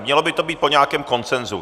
Mělo by to být po nějakém konsenzu.